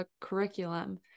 curriculum